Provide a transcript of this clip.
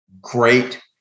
great